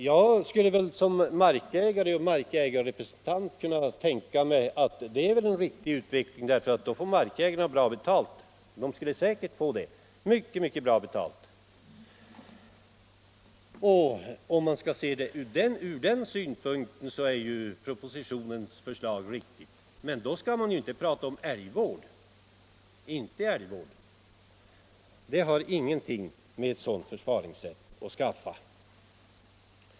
Jag skulle väl som markägarrepresentant kunna tänka mig att det är en riktig utveckling, för då får markägarna säkerligen mycket, mycket bra betalt. Skall man se det ur den synpunkten är propositionens förslag riktigt, men då skall man inte tala om älgvård — det har ingenting med ett sådant förfaringssätt att skaffa.